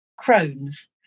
Crohn's